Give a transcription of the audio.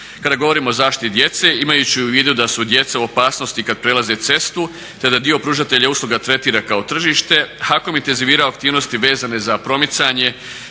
Kada govorimo o zaštiti djece imajući u vidu da su djeca u opasnosti kada prelaze cestu te da dio pružatelja usluga tretira kao tržište. HAKOM intenzivirao aktivnosti vezane za promicanje,